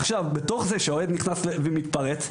עכשיו בתוך זה שאוהד פורץ למגרש,